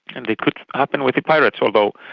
and it could happen with the pirates. although